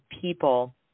people